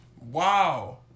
wow